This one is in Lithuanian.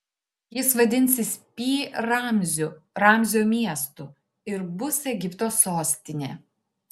jis vadinsis pi ramziu ramzio miestu ir bus egipto sostinė